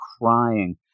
crying